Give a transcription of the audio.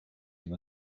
him